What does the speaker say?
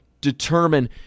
determine